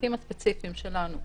הצוותים הספציפיים שלנו,